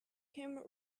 him